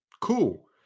Cool